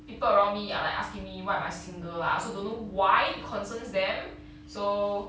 people around me are like asking me why am I single lah I also don't know why it concerns them so